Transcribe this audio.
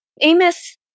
Amos